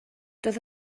doedd